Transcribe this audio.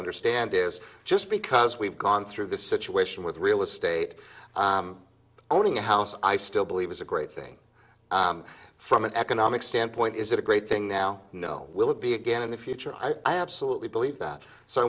understand is just because we've gone through this situation with real estate owning a house i still believe is a great thing from an economic standpoint is it a great thing now you know will it be again in the future i absolutely believe that so i